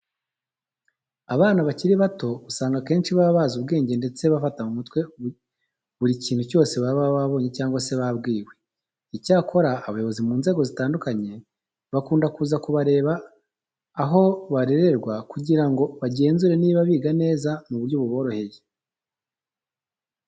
Abana bakiri bato usanga akenshi baba bazi ubwenge ndetse bafata mu mutwe buri kintu cyose baba babonye cyangwa se babwiwe. Icyakora abayobozi mu nzego zitandukanye bakunda kuza kubareba aho barererwa kugira ngo bagenzure niba biga neza mu buryo buboroheye.